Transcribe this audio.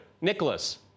Nicholas